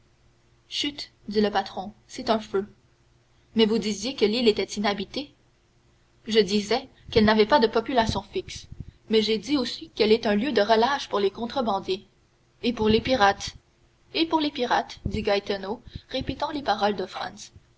chut dit le patron c'est un feu mais vous disiez que l'île était inhabitée je disais qu'elle n'avait pas de population fixe mais j'ai dit aussi qu'elle est un lieu de relâche pour les contrebandiers et pour les pirates et pour les pirates dit gaetano répétant les paroles de